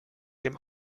dem